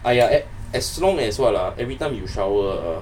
!aiya! a~ as long as what ah every time you shower err